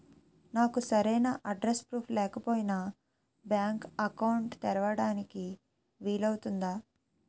నాకు సరైన address proof లేకపోయినా బ్యాంక్ అకౌంట్ తెరవడానికి వీలవుతుందా?